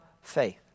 faith